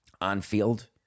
on-field